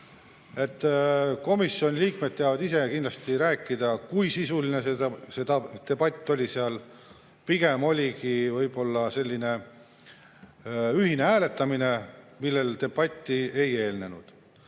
Komisjoni liikmed teavad ise kindlasti rääkida, kui sisuline see debatt oli seal: pigem oligi võib-olla selline ühine hääletamine, millele debatti ei eelnenud.